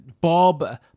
Bob